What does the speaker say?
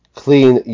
clean